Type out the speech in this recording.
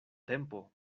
tempo